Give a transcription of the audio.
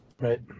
Right